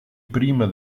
prima